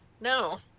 no